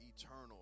eternal